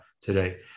today